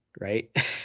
Right